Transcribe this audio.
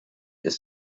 ist